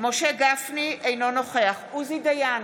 משה גפני, אינו נוכח עוזי דיין,